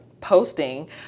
posting